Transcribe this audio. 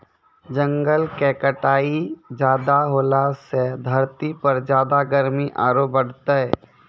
जंगल के कटाई ज्यादा होलॅ सॅ धरती पर ज्यादा गर्मी आरो बढ़तै